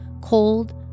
cold